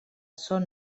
són